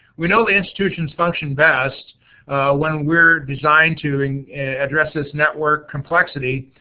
we know the institutions function best when we're designed to and address this network complexity,